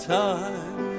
time